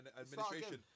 administration